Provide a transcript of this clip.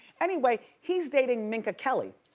anyway, he's dating minka kelly.